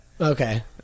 Okay